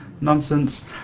nonsense